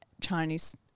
Chinese